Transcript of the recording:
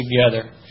together